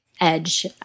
edge